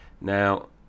Now